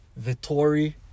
Vittori